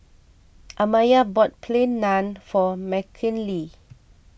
Amaya bought Plain Naan for Mckinley